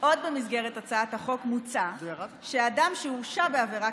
עוד מוצע במסגרת הצעת החוק שאדם שהורשע בעבירה